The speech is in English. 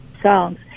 songs